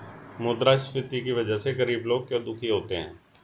मुद्रास्फीति की वजह से गरीब लोग क्यों दुखी होते हैं?